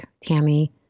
Tammy